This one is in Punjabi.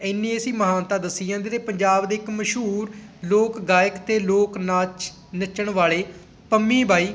ਇੰਨੀ ਅਸੀਂ ਮਹਾਨਤਾ ਦੱਸੀ ਜਾਂਦੀ ਅਤੇ ਪੰਜਾਬ ਦੇ ਇੱਕ ਮਸ਼ਹੂਰ ਲੋਕ ਗਾਇਕ ਅਤੇ ਲੋਕ ਨਾਚ ਨੱਚਣ ਵਾਲੇ ਪੰਮੀ ਬਾਈ